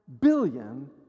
billion